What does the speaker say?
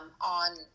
on